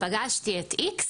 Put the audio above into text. "פגשתי את X,